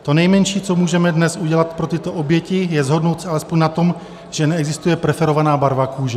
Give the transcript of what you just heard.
To nejmenší, co můžeme dnes udělat pro tyto oběti, je shodnout se alespoň na tom, že neexistuje preferovaná barva kůže.